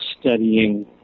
studying